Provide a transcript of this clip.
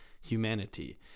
humanity